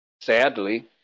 Sadly